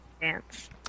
dance